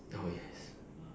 oh yes